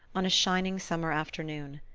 on a shining summer afternoon.